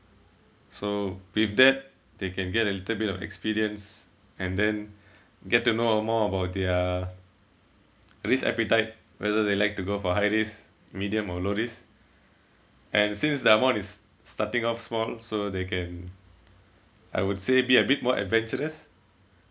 so with that they can get a little bit of experience and then get to know more about their risk appetite whether they like to go for high risk medium or low risk and since the amount is starting off small so they can I would say be a bit more adventurous